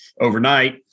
Overnight